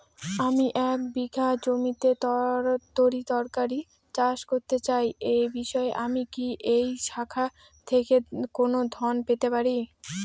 আমি এক বিঘা জমিতে তরিতরকারি চাষ করতে চাই এই বিষয়ে আমি কি এই শাখা থেকে কোন ঋণ পেতে পারি?